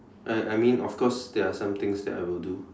I I mean of course there are some things that I will do